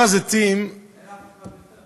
הר הזיתים, אין אף אחד אחר.